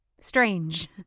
strange